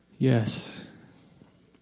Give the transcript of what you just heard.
Yes